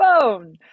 phone